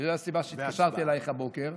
וזאת הסיבה שהתקשרתי אלייך הבוקר.